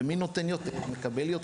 ומי שנותן יותר ומקבל יותר.